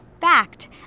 fact